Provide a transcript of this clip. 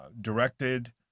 directed